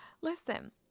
listen